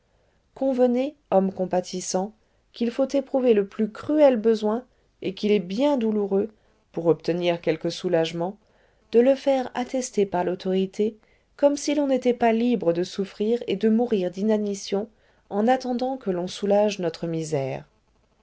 convenez homme compatissant qu'il faut éprouver le plus cruel besoin et qu'il est bien douloureux pour obtenir quelque soulagement de le faire attester par l'autorité comme si l'on n'était pas libre de souffrir et de mourir d'inanition en attendant que l'on soulage notre misère